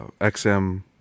xm